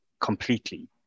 completely